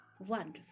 Wonderful